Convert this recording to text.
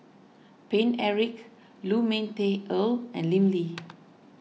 Paine Eric Lu Ming Teh Earl and Lim Lee